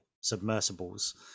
submersibles